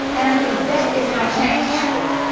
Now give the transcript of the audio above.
and i think that is how change happens.